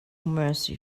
mercy